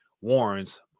warns